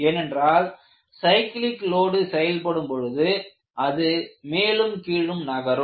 ஏனென்றால் cyclic load செயல்படும் பொழுது அது மேலும் கீழும் நகரும்